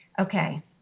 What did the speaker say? Okay